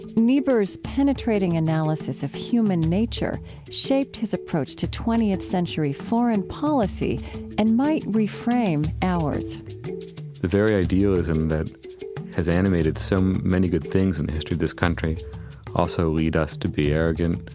niebuhr's penetrating analysis of human nature shaped his approach to twentieth century foreign policy and might reframe vices. the very idealism that has animated so many good things in the history of this country also lead us to be arrogant,